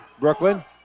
Brooklyn